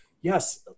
yes